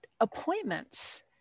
appointments